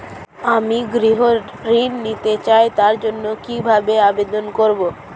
আমি গৃহ ঋণ নিতে চাই তার জন্য কিভাবে আবেদন করব?